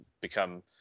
become